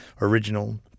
original